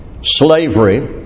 slavery